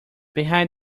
behind